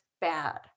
bad